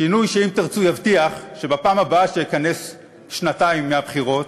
שינוי שאם תרצו יבטיח שבפעם הבאה שאכנס שנתיים מהבחירות,